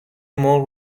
مرغ